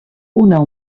una